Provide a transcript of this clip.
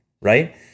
right